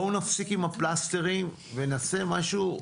בואו נפסיק עם הפלסטרים ונעשה משהו,